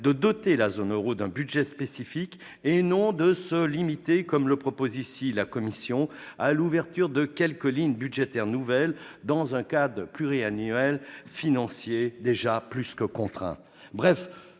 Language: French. de doter la zone euro d'un budget spécifique, au lieu de se limiter, comme le propose la Commission, à ouvrir quelques lignes budgétaires nouvelles dans un cadre pluriannuel financier déjà plus que contraint.